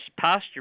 pasture